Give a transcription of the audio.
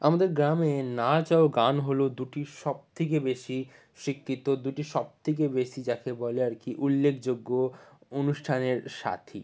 আমাদের গ্রামে নাচ ও গান হলো দুটি সবথেকে বেশি শিক্ষিত দুটি সবথেকে বেশি যাকে বলে আর কি উল্লেখযোগ্য অনুষ্ঠানের সাথী